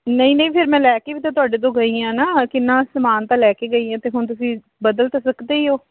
ਨਹੀਂ ਨਹੀਂ ਫਿਰ ਮੈਂ ਲੈ ਕੇ ਵੀ ਤਾਂ ਤੁਹਾਡੇ ਤੋਂ ਗਈ ਆ ਨਾ ਕਿੰਨਾ ਸਮਾਨ ਤਾਂ ਲੈ ਕੇ ਗਈ ਹੈ ਅਤੇ ਹੁਣ ਤੁਸੀਂ ਬਦਲ ਤਾਂ ਸਕਦੇ ਹੀ ਹੋ